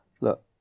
Look